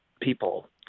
people